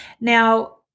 Now